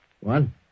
One